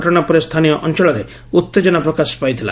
ଘଟଣା ପରେ ସ୍ସାନୀୟ ଅଞ୍ଞଳରେ ଉତ୍ତେଜନା ପ୍ରକାଶ ପାଇଛି